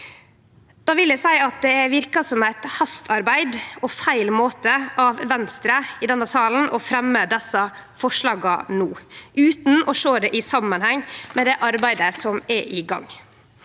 Då vil eg seie at det verkar som eit hastearbeid og feil måte av Venstre i denne salen å fremje desse forslaga no utan å sjå det i samanheng med det arbeidet som er i gang.